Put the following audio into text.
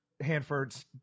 hanford's